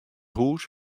hús